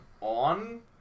on